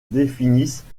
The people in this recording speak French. définissent